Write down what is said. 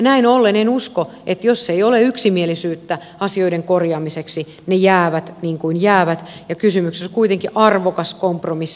näin ollen uskon että jos ei ole yksimielisyyttä asioiden korjaamiseksi ne jäävät niin kuin jäävät ja kysymyksessä on kuitenkin arvokas kompromissi